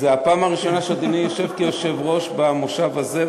זו הפעם הראשונה שאדוני יושב כיושב-ראש במושב הזה,